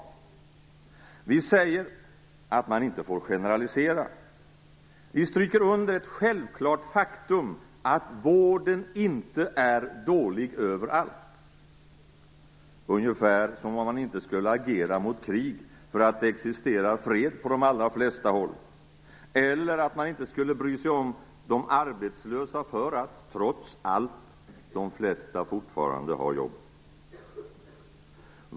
Vi säger att man inte får generalisera. Vi stryker under ett självklart faktum: att vården inte är dålig överallt. Det är ungefär som om man inte skulle agera mot krig för att det existerar fred på de allra flesta håll, eller som om man inte skulle bry sig om de arbetslösa för att de flesta trots allt fortfarande har jobb.